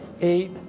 eight